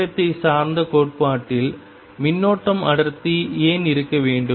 நேரத்தை சார்ந்த கோட்பாட்டில் மின்னோட்டம் அடர்த்தி ஏன் இருக்க வேண்டும்